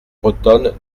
bretonne